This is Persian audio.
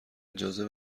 اجازه